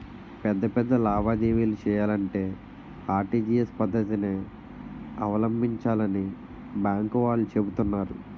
పెద్ద పెద్ద లావాదేవీలు చెయ్యాలంటే ఆర్.టి.జి.ఎస్ పద్దతినే అవలంబించాలని బాంకు వాళ్ళు చెబుతున్నారు